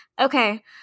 Okay